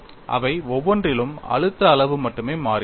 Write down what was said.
அவை ஒவ்வொன்றிலும் அழுத்த அளவு மட்டுமே மாறுகிறது